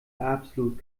absolut